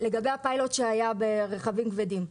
לגבי הפיילוט שהיה ברכבים כבדים.